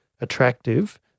attractive